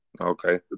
Okay